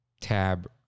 tab